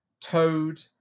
Toad